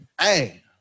Hey